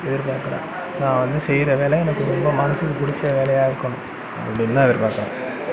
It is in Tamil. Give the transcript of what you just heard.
எதிர்பாக்கிறேன் நான் வந்து செய்கிற வேலை எனக்கு ரொம்ப மனதுக்கு பிடிச்ச வேலையாக இருக்கணும் அப்டின்னு தான் எதிர்பாக்கிறேன்